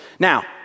Now